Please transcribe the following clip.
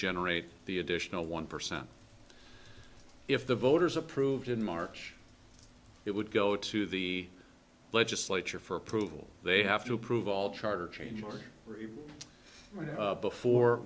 generate the additional one percent if the voters approved in march it would go to the legislature for approval they have to approve all charter change